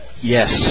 Yes